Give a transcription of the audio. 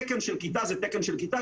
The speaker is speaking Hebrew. תקן של כיתה זה תקן של כיתה.